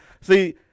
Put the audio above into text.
See